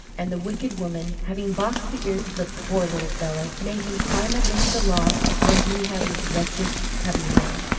and the wicked woman having boxed the ears of the poor little fellow, made him climb up into the loft where he had his wretched cubbyhole.